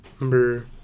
number